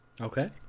Okay